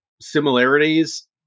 similarities